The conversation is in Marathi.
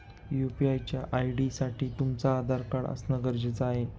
यू.पी.आय च्या आय.डी साठी तुमचं आधार कार्ड असण गरजेच आहे